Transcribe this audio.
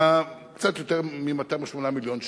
קצת יותר מ-208 מיליון שקל,